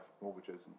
mortgages